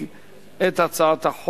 נתקבלה.